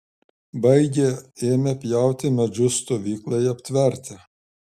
baigę ėmė pjauti medžius stovyklai aptverti